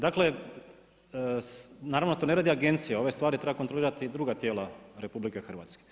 Dakle, naravno to ne radi agencija, ove stvari treba kontrolirati druga tijela RH.